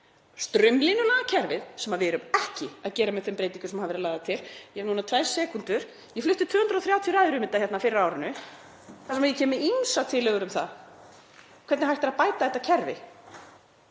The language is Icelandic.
straumlínulaga kerfið, sem við erum ekki að gera með þeim breytingum sem hafa verið lagðar til. — Ég hef núna tvær sekúndur. Ég flutti 230 ræður um þetta hérna fyrr á árinu þar sem ég kom með ýmsar tillögur um það hvernig hægt væri að bæta þetta kerfi.